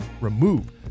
remove